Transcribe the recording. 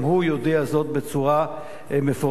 גם הוא יודע זאת בצורה מפורשת,